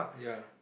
ya